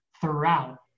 throughout